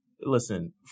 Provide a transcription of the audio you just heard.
Listen